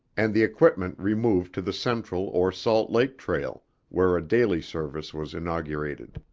and the equipment removed to the central or salt lake trail where a daily service was inaugurated.